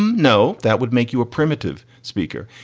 um no. that would make you a primitive speaker.